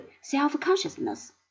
self-consciousness